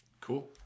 cool